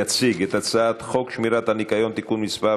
יציג את הצעת חוק שמירת הניקיון (תיקון מס'